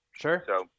Sure